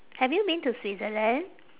have you been to switzerland